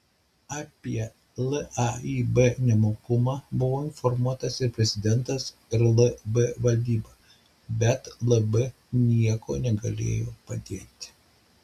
apie laib nemokumą buvo informuotas ir prezidentas ir lb valdyba bet lb niekuo negalėjo padėti